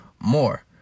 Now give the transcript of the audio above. more